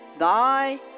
Thy